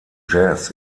jazz